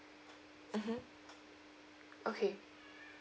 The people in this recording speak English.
mmhmm okay